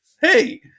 Hey